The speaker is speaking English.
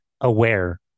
aware